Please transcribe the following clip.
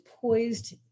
poised